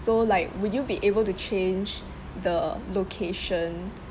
so like would you be able to change the location